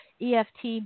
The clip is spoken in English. eft